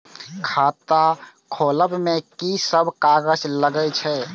खाता खोलब में की सब कागज लगे छै?